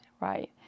right